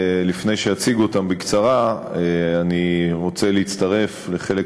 לפני שאציג אותם בקצרה אני רוצה להצטרף לחלק